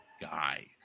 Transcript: guy